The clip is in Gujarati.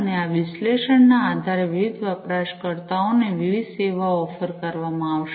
અને આ વિશ્લેષણના આધારે વિવિધ વપરાશકર્તાઓને વિવિધ સેવાઓ ઓફર કરવામાં આવશે